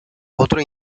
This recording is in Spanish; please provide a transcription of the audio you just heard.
otro